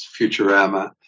Futurama